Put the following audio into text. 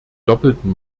doppelten